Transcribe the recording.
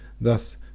Thus